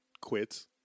quits